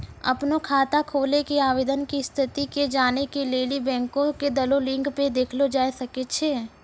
अपनो खाता खोलै के आवेदन के स्थिति के जानै के लेली बैंको के देलो लिंक पे देखलो जाय सकै छै